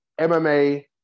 MMA